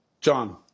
John